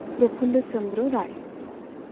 Prafulla Chandra Ray